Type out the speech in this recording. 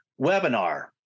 webinar